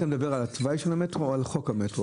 אתה מדבר על התוואי של המטרו או על חוק המטרו?